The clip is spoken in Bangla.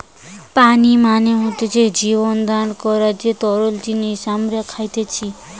পানি মানে হতিছে জীবন দান করার যে তরল জিনিস আমরা খাইতেসি